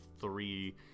three